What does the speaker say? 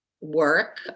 work